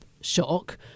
shock